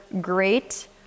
great